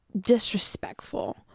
disrespectful